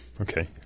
Okay